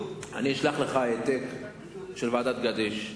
אני אשלח לך העתק של המלצות ועדת-גדיש,